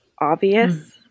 obvious